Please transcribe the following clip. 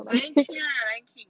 lion king lah lion king